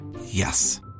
Yes